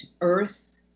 earth